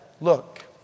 look